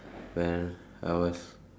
when I was